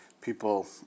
People